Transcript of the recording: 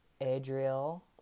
Adriel